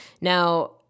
now